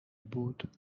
بود